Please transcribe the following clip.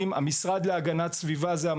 ולא רק שאין תוכנית,